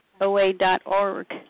OA.org